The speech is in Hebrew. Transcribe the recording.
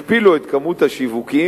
הכפילו את כמות השיווקים